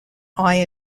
eye